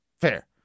Fair